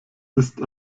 ist